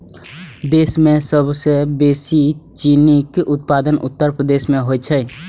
देश मे सबसं बेसी चीनीक उत्पादन उत्तर प्रदेश मे होइ छै